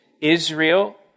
Israel